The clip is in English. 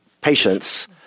patients